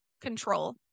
control